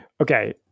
Okay